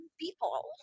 people